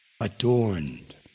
adorned